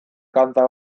kanta